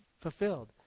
fulfilled